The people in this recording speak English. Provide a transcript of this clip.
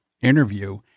interview